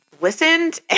listened